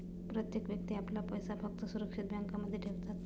प्रत्येक व्यक्ती आपला पैसा फक्त सुरक्षित बँकांमध्ये ठेवतात